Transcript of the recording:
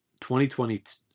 2020